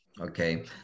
Okay